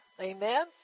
Amen